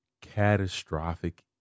catastrophic